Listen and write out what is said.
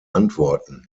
antworten